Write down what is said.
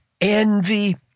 envy